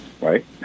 right